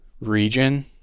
region